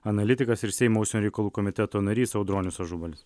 analitikas ir seimo užsienio reikalų komiteto narys audronius ažubalis